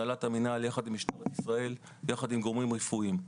הנהלת המינהל ביחד עם משטרת ישראל וביחד עם גורמים רפואיים.